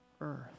Earth